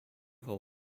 hole